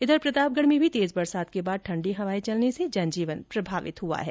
इधर प्रतापगढ़ में भी तेज बरसात के बाद ठंडी हवाए चलने से जन जीवन प्रभावित हुआ है